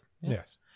Yes